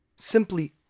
simply